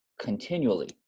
continually